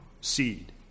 seed